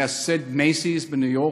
מייסד "מייסיס" בניו-יורק?